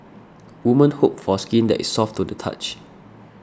women hope for skin that is soft to touch